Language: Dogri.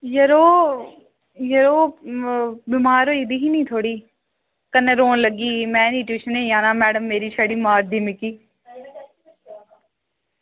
यरो यरो बमार होई दी ही नी थोह्ड़ी कन्नै रोन लगी में निं ट्यूशन जाना मैडम छड़ा मारदी मिगी